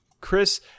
Chris